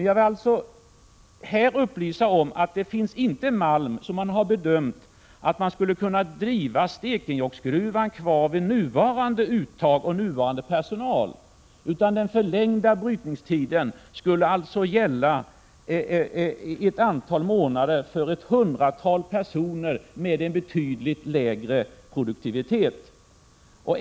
Jag vill alltså upplysa om att det inte finns så mycket malm att man har bedömt att det skulle vara möjligt att driva Stekenjokksgruvan med nuvarande uttag och nuvarande personal, utan den förlängda brytningstiden skulle gälla ett antal månader för ett hundratal personer med en betydligt lägre produktivitet.